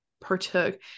partook